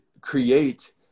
create –